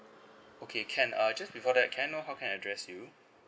okay can uh just before that can I know how can I address you